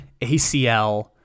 ACL